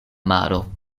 maro